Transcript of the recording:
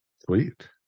Sweet